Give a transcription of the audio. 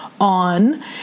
On